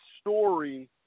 story